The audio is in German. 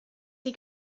die